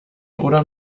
oder